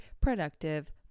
productive